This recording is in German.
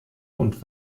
und